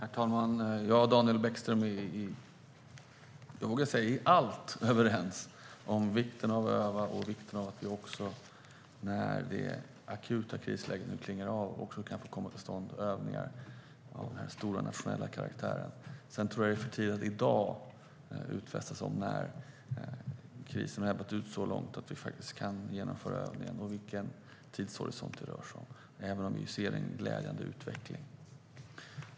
Herr talman! Daniel Bäckström, vi är överens i allt om vikten av att öva och vikten av att, när det akuta krisläget klingar av, få till stånd stora nationella övningar. Sedan tror jag att det är för tidigt att i dag göra några utfästelser om när krisen har ebbat ut så långt att man kan genomföra övningar och vilken tidshorisont det rör sig om, även om vi ser en glädjande utveckling.